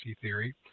theory